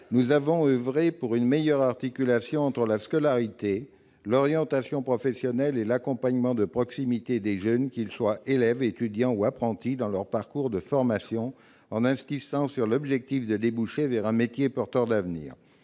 Fournier, pour une meilleure articulation entre la scolarité, l'orientation professionnelle et l'accompagnement de proximité des jeunes, qu'ils soient élèves, étudiants ou apprentis, dans leur parcours de formation, en insistant sur l'objectif de déboucher sur un métier porteur d'avenir.